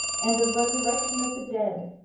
and of resurrection of the dead,